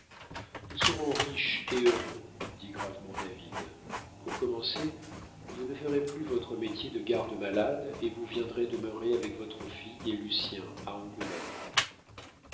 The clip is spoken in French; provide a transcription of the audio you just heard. nous serons riches et heureux dit gravement david pour commencer vous ne ferez plus votre métier de garde-malade et vous viendrez demeurer avec votre fille et lucien à angoulême